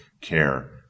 care